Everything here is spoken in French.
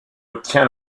obtient